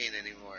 anymore